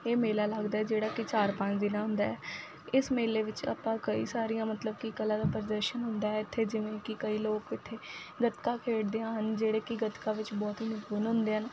ਇਹ ਮੇਲਾ ਲੱਗਦਾ ਜਿਹੜਾ ਕਿ ਚਾਰ ਪੰਜ ਦਿਨ ਦਾ ਹੁੰਦਾ ਇਸ ਮੇਲੇ ਵਿੱਚ ਆਪਾਂ ਕਈ ਸਾਰੀਆਂ ਮਤਲਬ ਕਿ ਕਲਾ ਦਾ ਪ੍ਰਦਰਸ਼ਨ ਹੁੰਦਾ ਹੈ ਇੱਥੇ ਜਿਵੇਂ ਕਿ ਕਈ ਲੋਕ ਇੱਥੇ ਗੱਤਕਾ ਖੇਡਦੇ ਹਨ ਜਿਹੜੇ ਕਿ ਗੱਤਕਾ ਵਿੱਚ ਬਹੁਤ ਹੀ ਨਿਪੁੰਨ ਹੁੰਦੇ ਹਨ